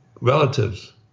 relatives